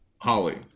Holly